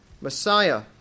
Messiah